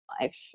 life